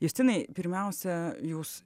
justinai pirmiausia jūs